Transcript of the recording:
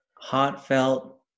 heartfelt